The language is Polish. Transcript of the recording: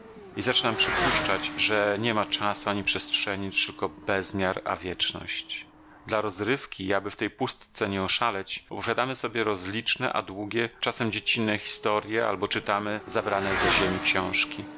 i zaczynam przypuszczać że niema czasu ani przestrzeni lecz tylko bezmiar a wieczność dla rozrywki i aby w tej pustce nie oszaleć opowiadamy sobie rozliczne a długie czasem dziecinne historje albo czytamy zabrane ze ziemi książki